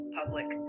public